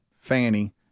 Fanny